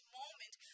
moment